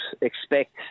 expect